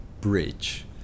bridge